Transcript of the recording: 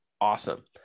awesome